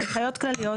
הנחיות כלליות,